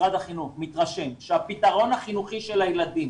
משרד החינוך מתרשם שהפתרון החינוכי של הילדים